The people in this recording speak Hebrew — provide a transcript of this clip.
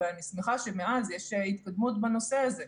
אבל אני שמחה שמאז יש התקדמות בנושא הזה.